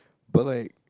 but like